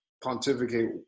pontificate